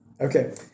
Okay